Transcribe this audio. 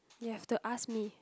you have to ask me